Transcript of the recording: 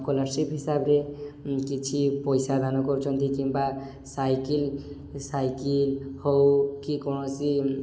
ଅ ସ୍କଲାରସିପ୍ ହିସାବରେ କିଛି ପଇସା ଦାନ କରୁଛନ୍ତି କିମ୍ବା ସାଇକେଲ୍ ସାଇକେଲ୍ ହଉ କି କୌଣସି